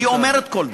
והיא אומרת כל דבר.